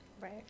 Right